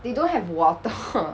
they don't have water